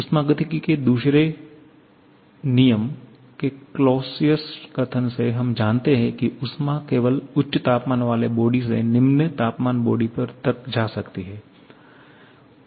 उष्मागतिकी के दूसरे नियम के क्लॉसियस कथन से हम जानते हैं कि ऊष्मा केवल उच्च तापमान वाले बॉडी से निम्न तापमान बॉडी तक जा सकती है